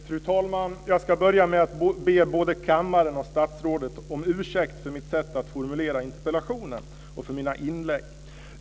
Fru talman! Jag ska börja med att be både kammaren och statsrådet om ursäkt för mitt sätt att formulera interpellationen och för mina inlägg.